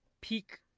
peak